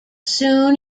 soon